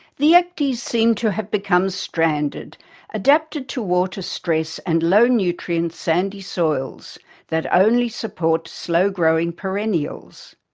the ecdies seem to have become stranded adapted to water stress and low-nutrient sandy soils that only support slow-growing perennials.